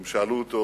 הם שאלו אותו: